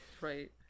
Right